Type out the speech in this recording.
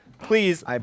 Please